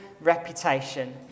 reputation